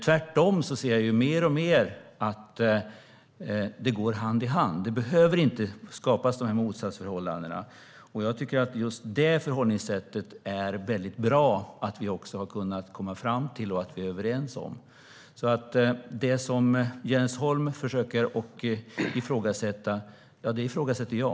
Tvärtom ser vi mer och mer att det går hand i hand. De här motsatsförhållandena behöver inte skapas. Jag tycker att det är bra att vi har kunnat komma fram till just det förhållningssättet och vara överens om det. Det Jens Holm försöker ifrågasätta ifrågasätter jag.